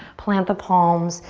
plant the palms,